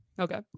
Okay